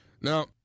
Now